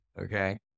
Okay